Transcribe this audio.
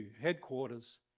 headquarters